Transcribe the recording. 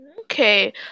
Okay